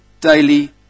daily